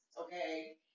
okay